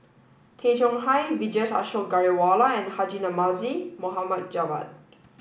Tay Chong Hai Vijesh Ashok Ghariwala and Haji Namazie Mohd Javad